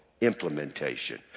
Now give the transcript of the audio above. implementation